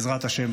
בעזרת השם,